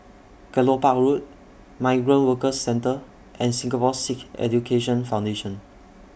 Kelopak Road Migrant Workers Centre and Singapore Sikh Education Foundation